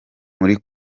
muri